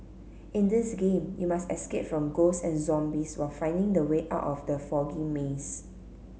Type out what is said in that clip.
in this game you must escape from ghosts and zombies while finding the way are out of the foggy maze